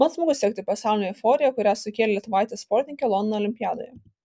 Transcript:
man smagu sekti pasaulinę euforiją kurią sukėlė lietuvaitė sportininkė londono olimpiadoje